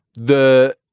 the.